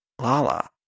Lala